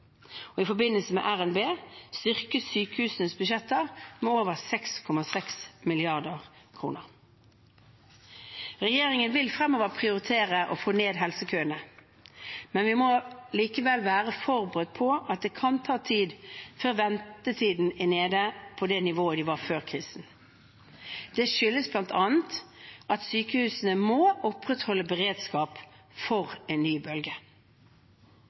I forbindelse med RNB styrkes sykehusenes budsjetter med over 6,6 mrd. kr. Regjeringen vil fremover prioritere å få ned helsekøene, men vi må likevel være forberedt på at det kan ta tid før ventetidene er nede på det nivået de var før krisen. Det skyldes bl.a. at sykehusene må opprettholde beredskap for en ny bølge.